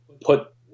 put –